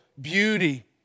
beauty